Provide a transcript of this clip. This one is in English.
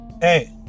hey